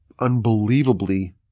unbelievably